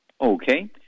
Okay